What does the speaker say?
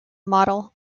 model